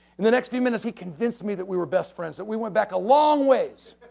in the next few minutes, he convinced me that we were best friends. that we went back a long ways,